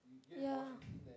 yeah